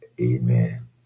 Amen